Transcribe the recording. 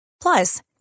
Plus